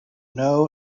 know